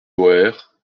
boeres